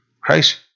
Christ